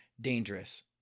dangerous